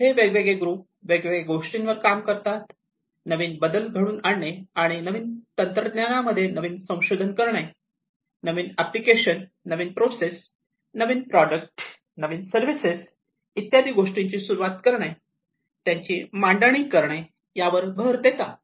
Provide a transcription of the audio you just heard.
हे वेगवेगळे ग्रुप वेगवेगळ्या गोष्टींवर काम करताना नवीन बदल घडवून आणणे आणि नवीन तंत्रज्ञानामध्ये नवीन संशोधन करणे नवीन आपलिकेशन नवीन प्रोसेस नवीन प्रोडक्ट नवीन सर्विसेस इत्यादी ची सुरुवात करणे त्यांची मांडणी करणे यावर भर देतात